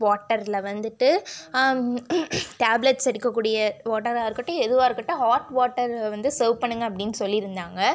வாட்டரில் வந்துட்டு டேப்லெட்ஸ் எடுக்கக்கூடிய வாட்டரா இருக்கட்டும் எதுவாக இருக்கட்டும் ஹாட் வாட்டரில் வந்து சர்வ் பண்ணுங்கள் அப்படின்னு சொல்லிருந்தாங்கள்